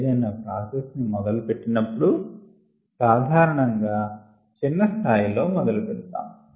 ఏదైనా ప్రాసెస్ ని మొదలు పెట్టినపుడు సాధారణముగా చిన్న స్థాయి లో మొదలు పెడతాము